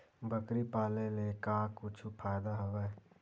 बकरी पाले ले का कुछु फ़ायदा हवय?